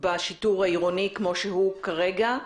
בשיטור העירוני כמו שהוא כרגע,